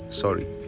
sorry